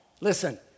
Listen